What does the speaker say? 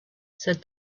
said